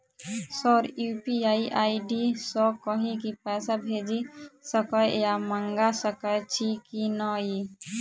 Sir UPI ID सँ कहि भी पैसा भेजि सकै या मंगा सकै छी की न ई?